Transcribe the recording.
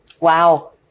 Wow